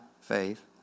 faith